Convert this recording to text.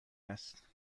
است